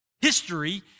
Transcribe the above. History